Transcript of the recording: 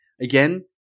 Again